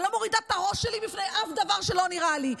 אני לא מורידה את הראש שלי בפני אף דבר שלא נראה לי,